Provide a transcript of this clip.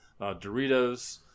doritos